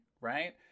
right